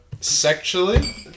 Sexually